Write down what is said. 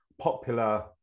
popular